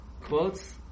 quotes